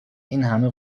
اینهمه